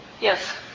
Yes